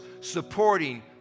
supporting